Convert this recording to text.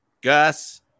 Gus